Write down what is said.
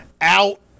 out